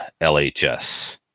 LHS